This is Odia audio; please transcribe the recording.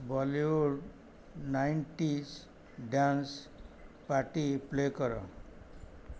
Bollywood nineties dance party play କର